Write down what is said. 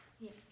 Yes